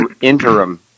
interim